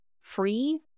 free